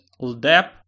LDAP